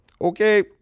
okay